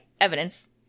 evidence